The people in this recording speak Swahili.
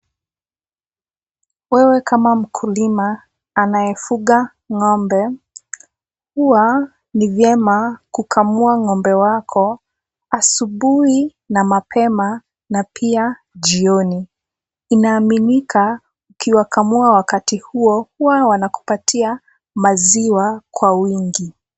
Wewe kama mkulima anayefuga ng'ombe, huwa ni vyema kukamua ng'ombe wako asubuhi na mapema na pia jioni. Inaaminika ukiwakamua wakati huo, huwa wanakupatia maziwa kwa wingi.